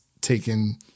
taken